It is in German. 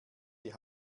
die